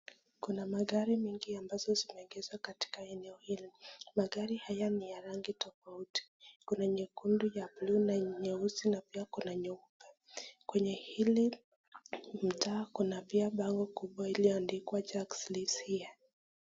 Kuna magari mapya ambazo zimeegeshwa katika eneo hili . Magari haya ni ya rangi tofauti . Kuna nyekundu, ya buluu, nyeusi na nyeupe. Eneo hili limejaa kuna pia bango kubwa limeandikwa (jax this Year).